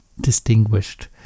distinguished